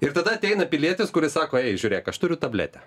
ir tada ateina pilietis kuris sako žiūrėk aš turiu tabletę